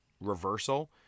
reversal